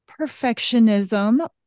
perfectionism